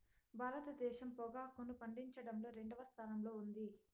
భారతదేశం పొగాకును పండించడంలో రెండవ స్థానంలో ఉంది